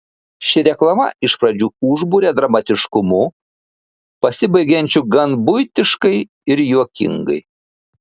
ši reklama iš pradžių užburia dramatiškumu pasibaigiančiu gan buitiškai ir juokingai